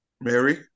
mary